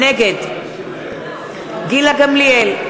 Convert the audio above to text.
נגד גילה גמליאל,